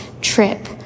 trip